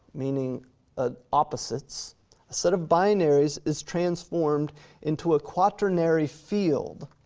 meaning ah opposites, a set of binaries is transformed into a quaternary field,